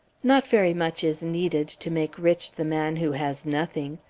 not very much is needed to make rich the man who has nothing.